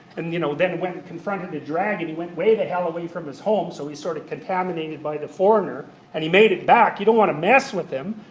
and you know then went and confronted a dragon. he went way the hell away from his home, so he's sort of contaminated by the foreigner, and he made it back. you don't want to mess with him.